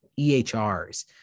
EHRs